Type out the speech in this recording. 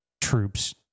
troops